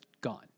gone